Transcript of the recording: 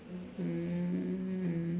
um